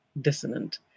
dissonant